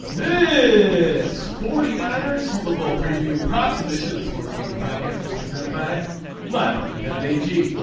this forty nine ers super bowl preview and proposition of the sports gambling podcast is presented by my bookie that a g.